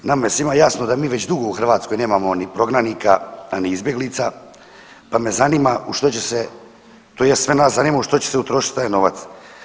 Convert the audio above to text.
Nama je svima jasno da mi već dugo u Hrvatskoj nemamo ni prognanika, a ni izbjeglica, pa me zanima u što će se tj. sve nas zanima u što će se utrošit taj novac.